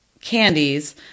candies